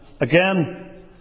again